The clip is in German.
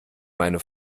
meine